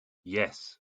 yes